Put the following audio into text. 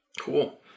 Cool